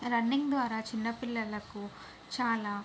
running ద్వారా చిన్నపిల్లలకు చాలా